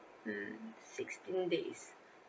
mm sixteen days